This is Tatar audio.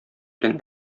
белән